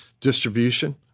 distribution